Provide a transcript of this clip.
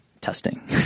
Testing